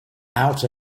out